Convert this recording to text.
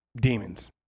demons